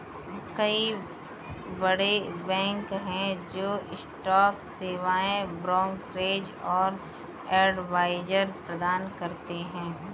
कई बड़े बैंक हैं जो स्टॉक सेवाएं, ब्रोकरेज और एडवाइजरी प्रदान करते हैं